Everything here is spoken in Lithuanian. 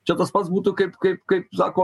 čia tas pats būtų kaip kaip kaip sako